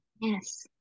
Yes